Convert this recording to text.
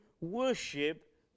worship